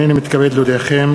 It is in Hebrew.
הנני מתכבד להודיעכם,